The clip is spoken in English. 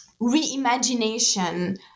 reimagination